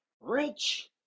Rich